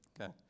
Okay